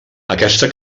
aquesta